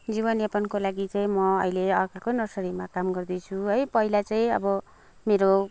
जीवन यापनको लागि चाहिँ म अहिले अर्काकै नरसरीमा काम गर्दैछु है पहिला चाहिँ अब मेरो